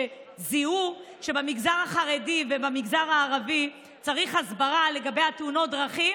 שזיהו שבמגזר החרדי ובמגזר הערבי צריך הסברה לגבי תאונות הדרכים,